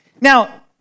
Now